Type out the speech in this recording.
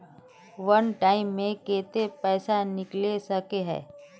वन time मैं केते पैसा निकले सके है?